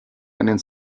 einen